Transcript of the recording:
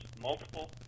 multiple